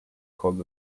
called